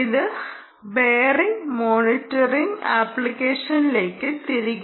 ഇത് bearing monitoring ആപ്ലിക്കേഷനിലേക്ക് തിരികെ